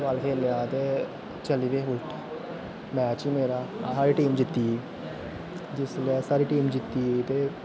football खेलेआ ते चली पे फ्ही मैच ही मेरा साढ़ी टीम जित्तिय जिसलै साढ़ी टीम जित्तियै ते